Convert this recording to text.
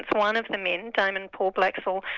one of the men, damon paul blaxall,